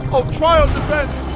i'll try on defense!